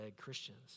Christians